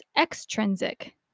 extrinsic